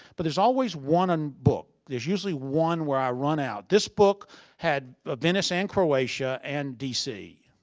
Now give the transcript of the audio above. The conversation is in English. but there's always one book. there's usually one where i run out. this book had ah venice and croatia and d c.